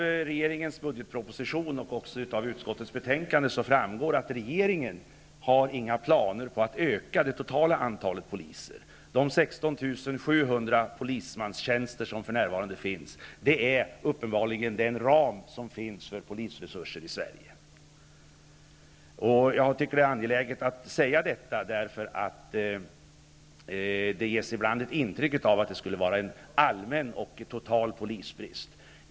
Av regeringens budgetproposition och av utskottets betänkande framgår att regeringen inte har några planer på att öka det totala antalet poliser. De 16 700 polismanstjänster som för närvarande finns är uppenbarligen den ram som gäller för polisresurser i Sverige. Jag tycker att det är angeläget att säga detta, därför att det ibland ges ett inttryck av att det skulle vara en allmän och total polisbrist.